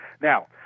Now